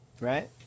Right